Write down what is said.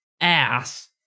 ass